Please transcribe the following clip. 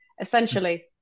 Essentially